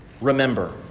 remember